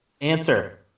Answer